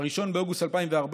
ב-1 באוגוסט 2014,